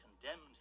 condemned